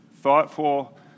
thoughtful